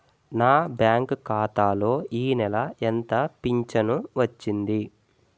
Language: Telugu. నా బ్యాంక్ ఖాతా లో ఈ నెల ఎంత ఫించను వచ్చింది?